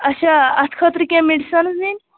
اچھا اتھ خٲطرٕ کیٛاہ میٚڈِسنٕز نِنۍ